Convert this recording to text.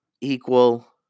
equal